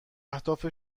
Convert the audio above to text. هدف